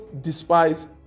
despise